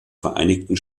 vereinigten